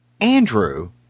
Andrew